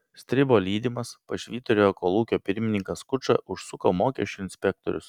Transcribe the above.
stribo lydimas pas švyturio kolūkio pirmininką skučą užsuko mokesčių inspektorius